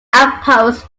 outpost